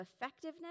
effectiveness